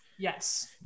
Yes